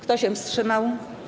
Kto się wstrzymał?